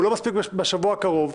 הוא לא מספיק בשבוע הקרוב,